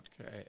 Okay